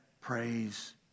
Praise